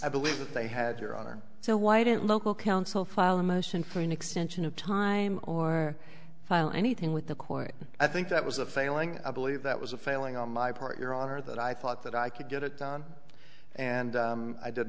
i believe that they had your honor so why didn't local counsel file a motion for an extension of time or file anything with the court i think that was a failing i believe that was a failing on my part your honor that i thought that i could get it done and i did